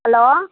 hello